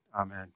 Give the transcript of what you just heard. Amen